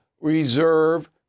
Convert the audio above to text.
reserve